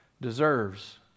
deserves